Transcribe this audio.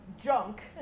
junk